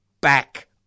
back